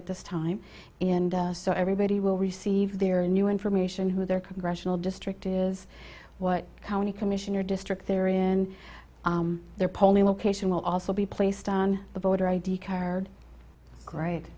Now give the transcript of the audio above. at this time and so everybody will receive their new information who their congressional district is what county commissioner district there in their polling location will also be placed on the voter id card grade